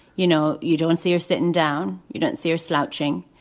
you know, you don't see her sitting down. you don't see her slouching.